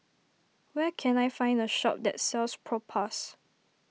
where can I find a shop that sells Propass